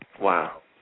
Wow